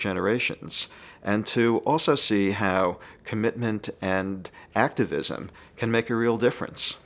generations and to also see how commitment and activism can make a real difference